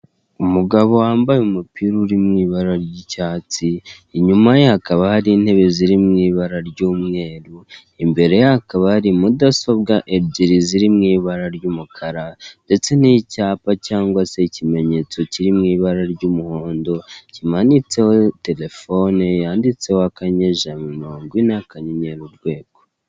umugabo wambaye umupira uri mu ibara ry'icyatsi, inyuma ye hakaba hari intebe ziri mu ibara ry'umweru, imbere ye hakaba hari mudasobwa ebyiri ziri mu ibara ry'umukara ndetse n'icyapa cyangwa se ikimenyetso kiri mu ibara ry'umuhondo kimanitseho terefone, yanditseho akanyenyeri ijana na mirongo ine akanyenyeri urwego.